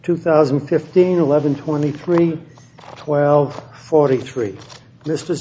two thousand and fifteen eleven twenty three twelve forty three this